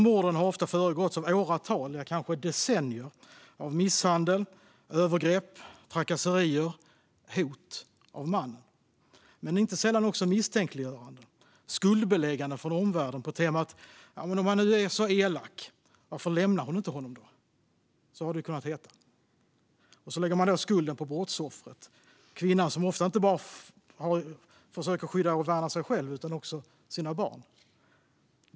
Morden har ofta föregåtts av åratal - ja, kanske decennier - av misshandel, övergrepp, trakasserier och hot från mannen men inte sällan också av misstänkliggörande och skuldbeläggande från omvärlden. "Ja, men om han nu är så elak, varför lämnar hon honom inte?" Så har det kunnat låta. Så lägger man skulden på brottsoffret, på kvinnan som ofta försöker skydda och värna inte bara sig själv utan också sina barn.